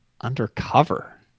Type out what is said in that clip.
Undercover